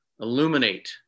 illuminate